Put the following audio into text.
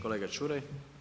Kolega Čuraj.